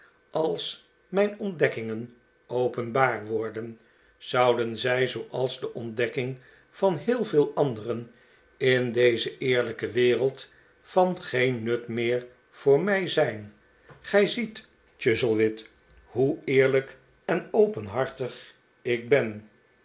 als mijn ontdekkingen openbaar werden zouden zij zooals de ontdekkingen van heel veel anderen in deze eerr lijke wereld van geen nut meer voor mij zijn gij ziet chuzzlewit hoe eerlijk en openhartig ik ben